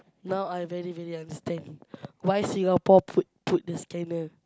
now I very very understand why Singapore put put the scanner